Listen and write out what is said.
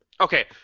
Okay